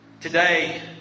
Today